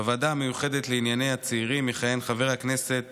בוועדה המיוחדת לענייני הצעירים יכהן חבר הכנסת